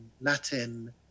Latin